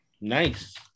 Nice